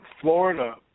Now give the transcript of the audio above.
Florida